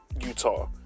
Utah